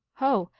ho!